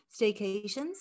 staycations